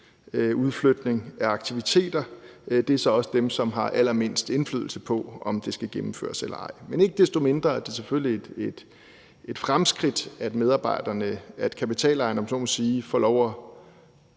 udflytning af aktiviteter, også er dem, som har allermindst indflydelse på, om det skal gennemføres eller ej. Men ikke desto mindre er det selvfølgelig et fremskridt, at kapitalejerne, om jeg så må sige, får lov